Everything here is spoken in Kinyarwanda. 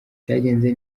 byagenze